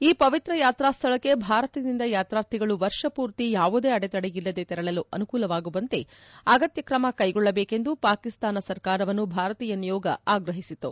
ಈ ಪವಿತ್ರ ಯಾತ್ರಾ ಸ್ಥಳಕ್ಕೆ ಭಾರತದಿಂದ ಯಾತ್ರಾರ್ಥಿಗಳು ವರ್ಷಪೂರ್ತಿ ಯಾವುದೆ ಅಡೆತಡೆಯಿಲ್ಲದೆ ತೆರಳಲು ಅನುಕೂಲವಾಗುವಂತೆ ಅಗತ್ಯ ಕ್ರಮ ಕೈಗೊಳ್ಳಬೇಕೆಂದು ಪಾಕಿಸ್ತಾನ ಸರ್ಕಾರವನ್ನು ಭಾರತೀಯ ನಿಯೋಗ ಆಗ್ರಹಿಸಿತು